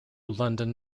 london